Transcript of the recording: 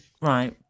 Right